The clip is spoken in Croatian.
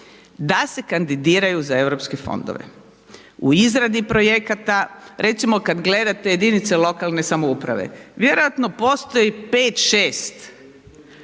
da se kandidiraju za Europske fondove, u izradi projekata, recimo kad gledate jedinice lokalne samouprave, vjerojatno postoji 5-6